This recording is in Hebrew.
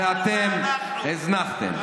שאתם הזנחתם.